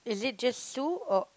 is it just Sue or